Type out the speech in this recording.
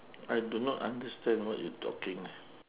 I do not understand what you talking